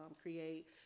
create